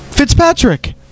Fitzpatrick